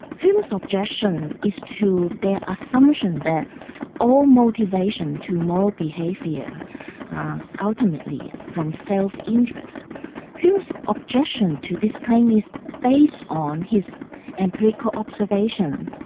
hume's objection is to their assumption that all motivation to moral behaviour ultimately from so self-interest. hume's objection to this kind is based on his empirical observation.